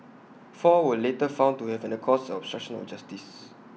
four were later found to have an caused obstruction of justice